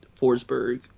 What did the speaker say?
Forsberg